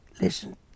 listen